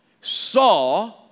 saw